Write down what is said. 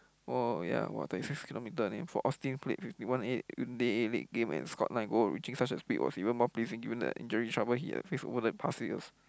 oh ya for Austin played fifty one eight and scored nine goal reaching such a speed what's even more pleasing during the injury over the past few years